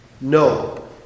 No